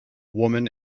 woman